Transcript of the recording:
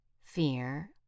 fear